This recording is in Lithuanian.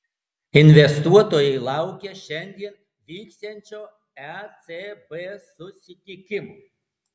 investuotojai laukia šiandien vyksiančio ecb susitikimo